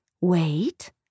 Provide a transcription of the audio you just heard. Wait